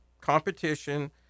competition